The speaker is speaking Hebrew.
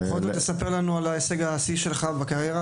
בכל זאת, תספר לנו על הישג השיא שלך בקריירה.